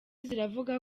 ziravuga